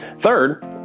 Third